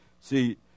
See